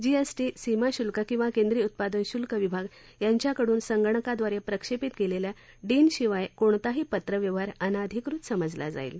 GST सीमाशुल्क किंवा केंद्रीय उत्पादन शूल्क विभाग यांच्याकडून संगणकाद्वारे प्रक्षेपित केलेल्या डिन शिवायचा कोणताही पत्रव्यवहार अनाधिकृत समजला जाईल